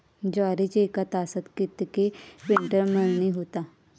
ज्वारीची एका तासात कितके क्विंटल मळणी होता?